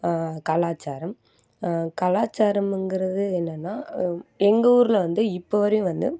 கலாச்சாரம் கலாச்சாரமுங்கிறது என்னென்னா எங்கள் ஊரில் வந்து இப்போ வரையும் வந்து